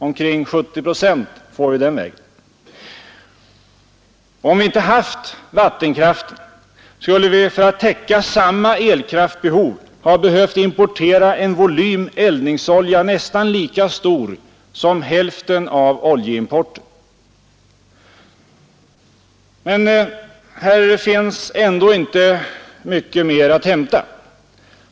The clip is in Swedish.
Omkring 70 procent får vi den vägen. Om vi inte haft vattenkraften, skulle vi för att täcka samma elkraftbehov ha behövt importera en volym eldningsolja, nästan lika stor som hälften av oljeimporten. Men här finns ändå inte mycket mer att hämta.